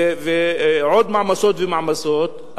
ועוד מעמסות ומעמסות,